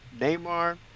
Neymar